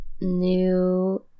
New